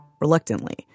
reluctantly